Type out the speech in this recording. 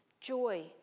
joy